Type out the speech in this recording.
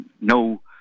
No